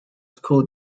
school